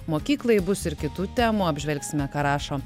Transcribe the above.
mokyklai bus ir kitų temų apžvelgsime ką rašo